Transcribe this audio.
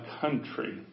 country